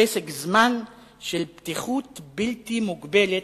פסק זמן של פתיחות בלתי מוגבלת,